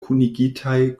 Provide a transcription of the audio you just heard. kunigitaj